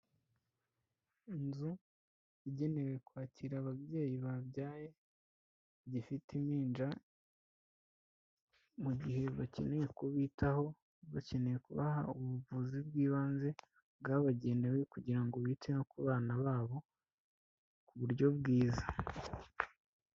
Inzu igenewe kwakira ababyeyi babyaye bagifite impinja, mu gihe bakeneye kubitaho bakeneye kubaha ubuvuzi bw'ibanze bwabagenewe kugira ngo bite no ku bana babo ku buryo bwiza.